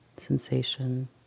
sensation